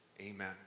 Amen